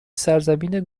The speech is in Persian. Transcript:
سرزمین